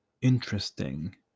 interesting